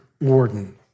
warden